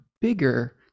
bigger